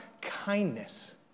kindness